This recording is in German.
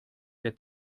der